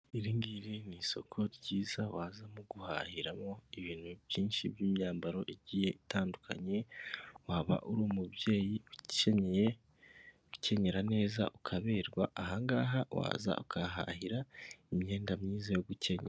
Iri ngiri ni isoko ryiza wazamo guhahiramo ibintu byinshi by'imyambaro igiye itandukanye, waba uri umubyeyi, ukenyeye, gukenyera neza ukaberwa, aha ngaha waza ukahahahira imyenda myiza yo gukenyera.